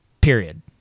period